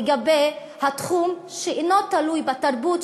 לגבי תחום שאינו תלוי בתרבות,